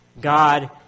God